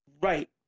Right